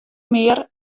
mear